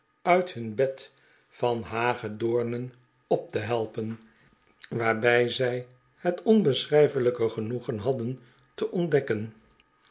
uit hun bed van hagedoornen op te helpen waarbij zij het onbeschrijfelijke genoegen hadden te ontdekken